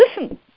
listen